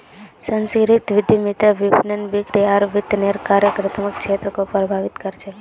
सांस्कृतिक उद्यमिता विपणन, बिक्री आर वितरनेर कार्यात्मक क्षेत्रको प्रभावित कर छेक